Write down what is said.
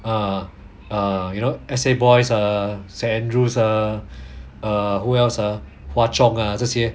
uh uh you know S_A boys ah saint andrew's ah err who else ah hwa chong ah 这些